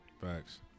Facts